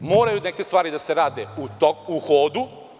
Moraju neke stvari da se rade u hodu.